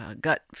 gut